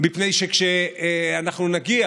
כדי להמשיך